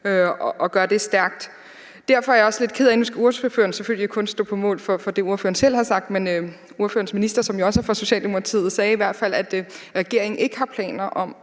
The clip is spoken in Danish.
og gør det stærkt. Nu skal ordføreren selvfølgelig kun stå på mål for det, ordføreren selv har sagt, men ordførerens minister, som jo også er fra Socialdemokratiet, sagde i hvert fald, at regeringen ikke har planer om